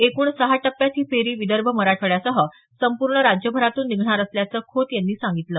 एकूण सहा टप्प्यांत ही फेरी विदर्भ मराठवाड्यासह संपूर्ण राज्यभरातून निघणार असल्याचं खोत यांनी सांगितलं